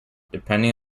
depending